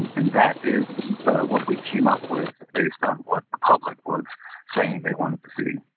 and and that is what we came up with based on what the public was saying they wanted to see